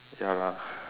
ya lah